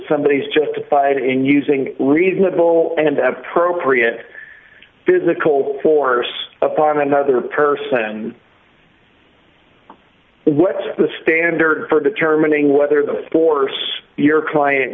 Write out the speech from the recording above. somebody is justified in using reasonable and appropriate physical force upon another person what's the standard for determining whether the force your client